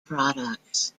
products